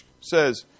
says